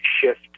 shift